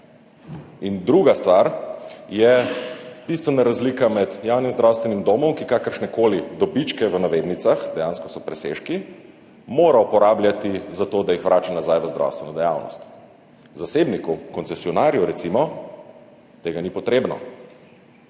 druga stvar je bistvena razlika med javnim zdravstvenim domom, ki kakršnekoli »dobičke«, v navednicah, dejansko so presežki, mora uporabljati za to, da jih vrača nazaj v zdravstveno dejavnost, zasebniku, koncesionarju recimo tega ni treba.